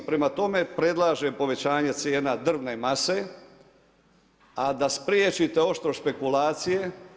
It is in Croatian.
Prema tome, predlažem povećanje cijena drvne mase, a da spriječite ovo što spekulacije.